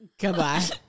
goodbye